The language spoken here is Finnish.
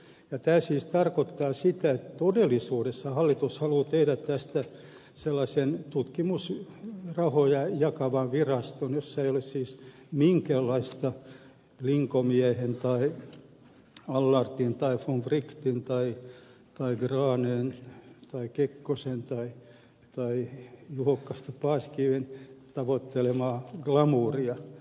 tämä siis tarkoittaa sitä että todellisuudessa hallitus haluaa tehdä tästä sellaisen tutkimusrahoja jakavan viraston jossa ei ole siis minkäänlaista linkomiehen tai allardtin tai von wrightin tai granön tai kekkosen tai juho kusti paasikiven tavoittelemaa glamouria